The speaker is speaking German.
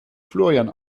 florian